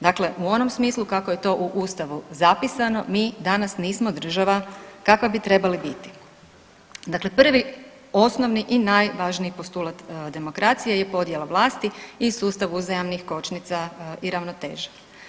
Dakle u onom smislu kako je to u ustavu zapisano mi danas nismo država kakva bi trebali biti, dakle prvi osnovni i najvažniji postulat demokracije je podjela vlasti i sustav uzajamnih kočnica i ravnoteže.